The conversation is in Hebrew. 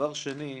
דבר שני,